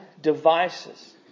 devices